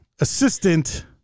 assistant